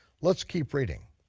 let's keep reading.